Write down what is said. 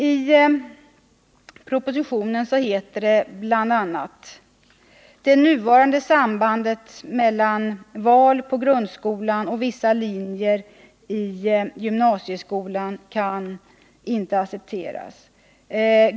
I propositionen heter det bl.a.: ”Det nuvarande sambandet mellan val på grundskolan och vissa linjer i gymnasieskolan kan —-—-- inte accepteras.